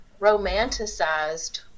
romanticized